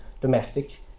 domestic